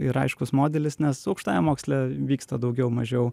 ir aiškus modelis nes aukštajam moksle vyksta daugiau mažiau